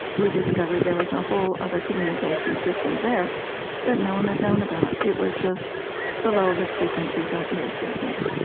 we discovered there was a whole other communication system there that no one had known about. it was just below the frequencies our ears could hear